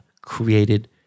created